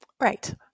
Right